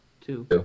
two